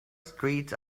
streets